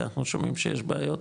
כי אנחנו שומעים שיש בעיות.